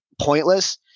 pointless